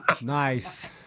nice